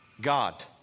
God